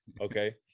okay